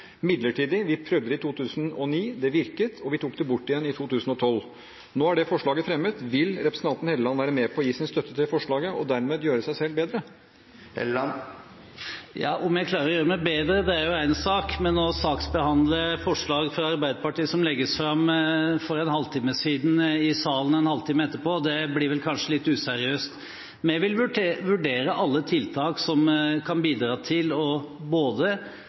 Midlertidig – vi prøvde det i 2009, det virket, og vi tok det bort igjen i 2012. Nå er det forslaget fremmet. Vil representanten Helleland være med på å gi sin støtte til forslaget og dermed gjøre seg selv bedre? Om jeg klarer å gjøre meg bedre, er én sak, men å saksbehandle forslag som legges fram fra Arbeiderpartiet, i salen en halv time etterpå, blir kanskje litt useriøst. Men jeg vil vurdere alle tiltak som kan bidra til å både